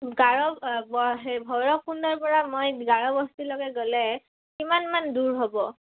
গাৰো সেই ভৈৰৱকুণ্ডৰপৰা মই গাৰোবস্তিৰলৈকে গ'লে কিমানমান দূৰ হ'ব